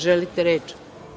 Želite reč?